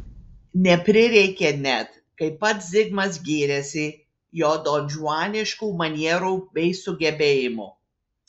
neprireikė net kaip pats zigmas gyrėsi jo donžuaniškų manierų bei sugebėjimų